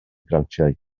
grantiau